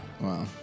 Wow